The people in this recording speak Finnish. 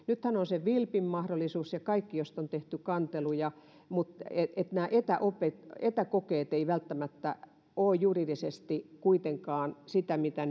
nythän on vilpin mahdollisuus ja kaikki se josta on tehty kanteluja että nämä etäkokeet eivät välttämättä ole juridisesti kuitenkaan sitä mitä